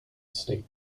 state